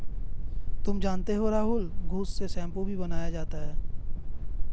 तुम जानते हो राहुल घुस से शैंपू भी बनाया जाता हैं